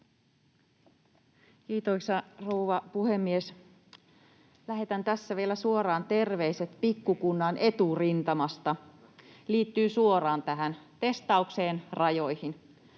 Kiitos, rouva puhemies! Lähetän tässä vielä suoraan terveiset pikkukunnan eturintamasta, liittyy suoraan testaukseen ja rajoihin: